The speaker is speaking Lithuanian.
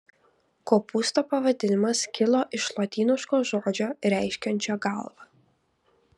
kopūsto pavadinimas kilo iš lotyniško žodžio reiškiančio galvą